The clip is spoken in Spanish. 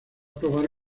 probar